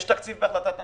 יש תקציב בהחלטת הממשלה,